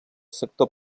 sector